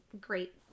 great